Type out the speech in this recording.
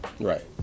right